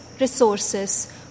resources